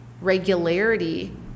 regularity